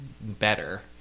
better